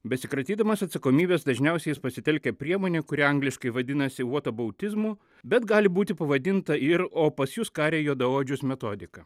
besikratydamas atsakomybės dažniausiai jis pasitelkia priemonę kuri angliškai vadinasi vataboutizmu bet gali būti pavadinta ir o pas jus karė juodaodžius metodika